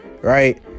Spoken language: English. Right